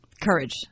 courage